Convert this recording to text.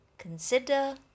Consider